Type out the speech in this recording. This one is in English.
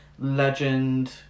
Legend